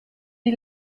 die